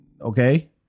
okay